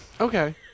Okay